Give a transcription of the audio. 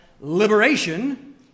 liberation